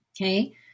Okay